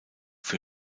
für